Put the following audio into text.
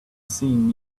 seeing